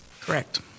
correct